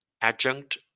adjunct